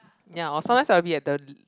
ya or sometimes I will be at the l~